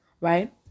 right